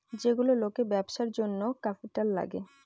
যেগুলো লোকের ব্যবসার জন্য ক্যাপিটাল লাগে